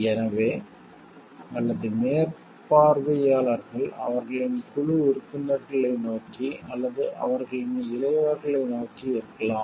எனவே அல்லது மேற்பார்வையாளர்கள் அவர்களின் குழு உறுப்பினர்களை நோக்கி அல்லது அவர்களின் இளையவர்களை நோக்கி இருக்கலாம்